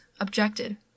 objected